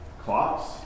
clocks